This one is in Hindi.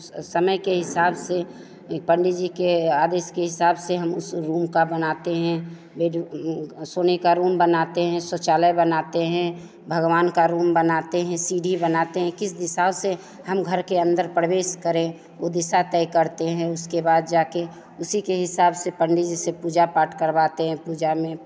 समय के हिसाब से पंडित जी के आदेश के हिसाब से हम रूम का बनाते हैं सोने का रूम बनाते हैं शौचालय बनाते हैं भगवान का रूम बनाते हैं सीढ़ी बनाते हैं किस दिशा से हम घर के अंदर प्रवेश करें वो दिशा तय करते हैं उसके बाद जाके उसी के हिसाब से पंडित जी से पूजा पाठ करवाते हैं पूजा में